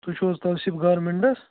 تُہۍ چھُو حظ توصیٖف گارمینٛٹٕس